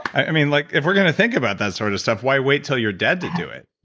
i mean, like if we're going to think about that sort of stuff why wait until you're dead to do it?